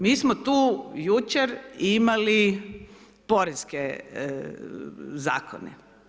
Mi smo tu jučer imali poreske zakone.